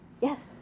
Yes